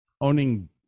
owning